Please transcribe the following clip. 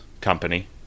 company